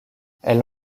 elle